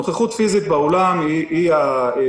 נוכחות פיזית באולם היא המותרת,